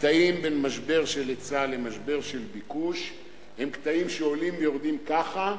הקטעים בין משבר של היצע למשבר של ביקוש הם קטעים שעולים ויורדים ככה,